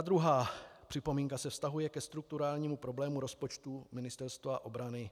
Druhá připomínka se vztahuje ke strukturálnímu problému rozpočtu Ministerstva obrany.